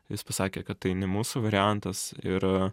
jis pasakė kad tai ne mūsų variantas ir